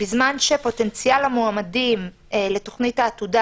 בזמן שפוטנציאל המועמדים לתוכנית העתודה,